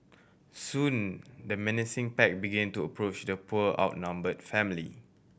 soon the menacing pack begin to approach the poor outnumbered family